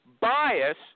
bias